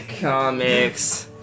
comics